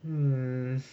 mm